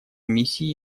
миссии